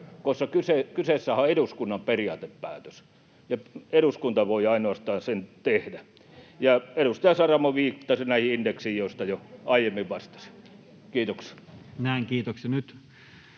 koska kyseessähän on eduskunnan periaatepäätös ja ainoastaan eduskunta voi sen tehdä. Edustaja Saramo viittasi näihin indekseihin, joihin jo aiemmin vastasin. — Kiitoksia.